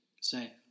say